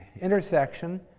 intersection